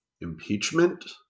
impeachment